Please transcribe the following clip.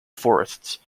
forests